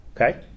Okay